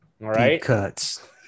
right